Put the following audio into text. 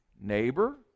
Neighbor